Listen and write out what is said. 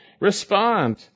respond